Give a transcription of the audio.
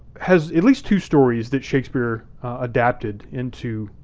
has at least two stories that shakespeare adapted into